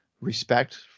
respect